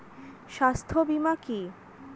স্বাস্থ্য বীমা কি?